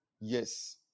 yes